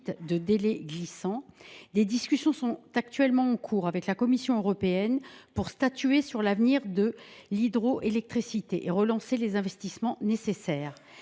de l’autorisation. Des discussions sont en cours avec la Commission européenne pour statuer sur l’avenir de l’hydroélectricité et relancer les investissements nécessaires.